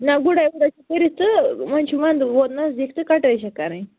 نَہ گُڈٲے وُڈٲے چھےٚ کٔرِتھ تہٕ وَنہِ چھُ ونٛدٕ ووت نزدیٖک تہٕ کَٹٲے چھےٚ کَرٕنۍ